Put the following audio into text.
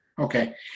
Okay